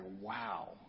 Wow